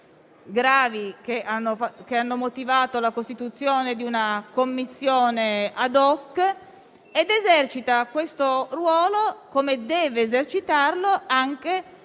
gravi che hanno motivato la costituzione di una Commissione *ad hoc* ed esercita questo ruolo come deve esercitarlo,